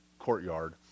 courtyard